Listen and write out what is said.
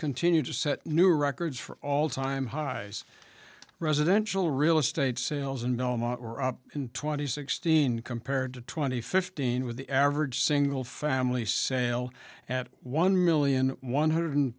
continue to set new records for all time highs residential real estate sales and in twenty sixteen compared to twenty fifteen with the average single family sale at one million one hundred